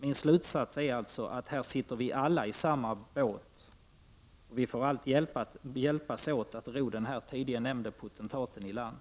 Min slutsats är alltså att här sitter vi alla i samma båt, och vi får allt hjälpas åt att ro den tidigare nämnde potentaten i land.